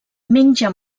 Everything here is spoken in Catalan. menja